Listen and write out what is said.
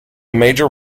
major